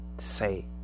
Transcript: say